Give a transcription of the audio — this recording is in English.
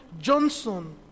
Johnson